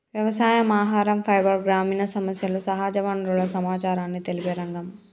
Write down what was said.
వ్యవసాయం, ఆహరం, ఫైబర్, గ్రామీణ సమస్యలు, సహజ వనరుల సమచారాన్ని తెలిపే రంగం